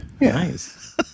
Nice